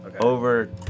over